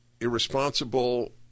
irresponsible